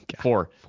Four